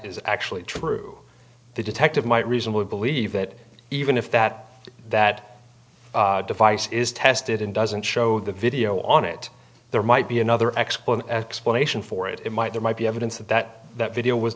is actually true the detective might reasonably believe that even if that that device is tested and doesn't show the video on it there might be another explanation explanation for it it might there might be evidence of that that video was